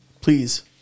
Please